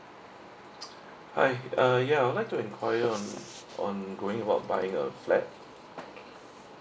hi uh ya I would like to enquire on on going about buying a flat